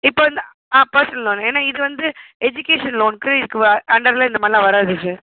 இப்போ வந்து personal loan ஏன்னா இது வந்து எஜிகேஷன் லோன்க்கு அண்டர் இது மாதிரிலாம் வராது சார்